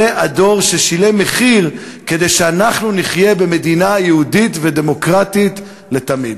זה הדור ששילם מחיר כדי שאנחנו נחיה במדינה יהודית ודמוקרטית לתמיד.